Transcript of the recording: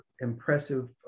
impressive